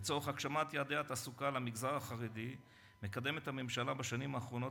לצורך הגשמת יעדי התעסוקה למגזר החרדי מקדמת הממשלה בשנים האחרונות